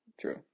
True